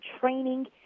training